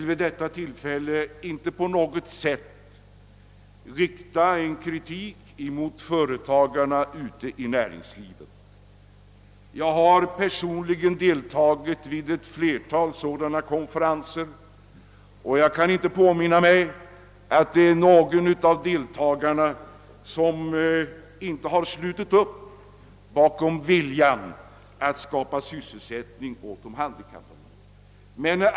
Vid detta tillfälle vill jag inte rikta någon kritik mot företagarna i näringslivet. Jag har deltagit i ett flertal konferenser om dessa frågor, och jag kan inte påminna mig att någon av deltagarna i de konferenserna inte har slutit upp bakom tanken att försöka skaffa sysselsättning åt de handikappade.